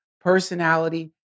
personality